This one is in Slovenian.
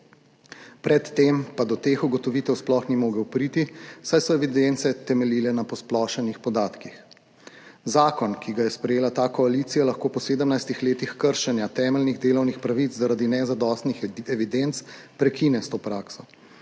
Pred tem pa do teh ugotovitev sploh ni mogel priti, saj so evidence temeljile na posplošenih podatkih. Zakon, ki ga je sprejela ta koalicija lahko po 17 letih kršenja temeljnih delovnih pravic zaradi nezadostnih evidenc prekine s to prakso.